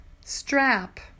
Strap